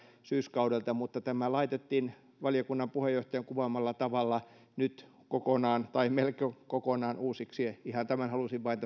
syyskaudelta mutta tämä laitettiin valiokunnan puheenjohtajan kuvaamalla tavalla nyt kokonaan tai melko kokonaan uusiksi tämän halusin vain